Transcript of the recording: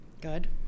Good